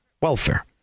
welfare